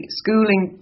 schooling